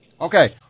Okay